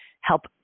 help